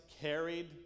carried